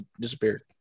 disappeared